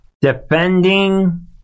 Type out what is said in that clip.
defending